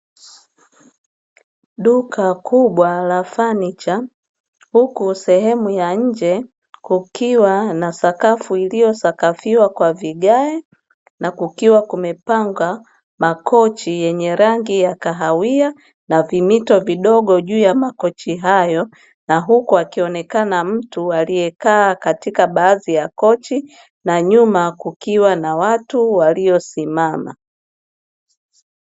Duka kubwa la fanicha, huku sehemu ya nje kukiwa na sakafu, iliyosakafiwa kwa vigae na kukiwa kumepangwa makochi yenye rangi ya kahawia na vimito vidogo juu ya makochi hayo na huku akionekana mtu aliyekaa katika baadhi ya kochi na nyuma kukiwa na watu waliosimama.